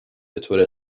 بطور